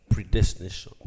predestination